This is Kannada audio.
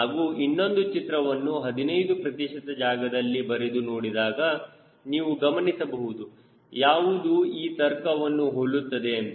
ಹಾಗೂ ಇನ್ನೊಂದು ಚಿತ್ರವನ್ನು 15 ಪ್ರತಿಶತ ಜಾಗದಲ್ಲಿ ಬರೆದು ನೋಡಿದಾಗ ನೀವು ಗಮನಿಸಬಹುದು ಯಾವುದು ಈ ತರ್ಕವನ್ನು ಹೋಲುತ್ತದೆ ಎಂದು